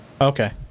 Okay